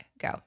go